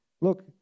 Look